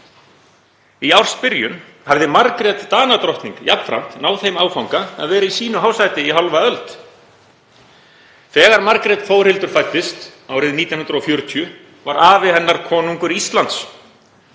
Í ársbyrjun hafði Margrét Danadrottning jafnframt náð þeim áfanga að vera í sínu hásæti í hálfa öld. Þegar Margrét Þórhildur fæddist árið 1940 var afi hennar konungur Íslands.